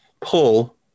pull